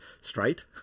straight